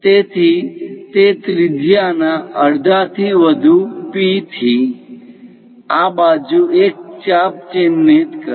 તેથી તે ત્રિજ્યાના અડધાથી વધુ P થી આ બાજુ એક ચાપ ચિહ્નિત કરો